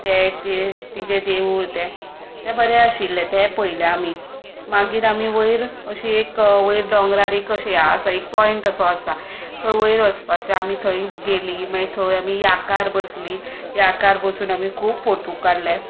तें एक तिजे देवूळ तें तें बरें आशिल्लें तें पयलें आमी मागीर आमी वयर अशी वयर दोंगरार एक पॉयंट कसो आसा थंय वयर वचपाचें आमी थंय गेलीं मागीर थंय आमी याकार बसलीं याकार बसून आमी खूब फोटो काडले